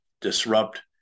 disrupt